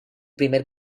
primer